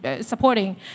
supporting